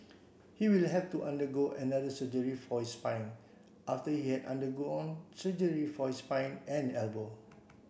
he will have to undergo another surgery for his spine after he had undergone surgery for his spine and elbow